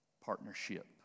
partnership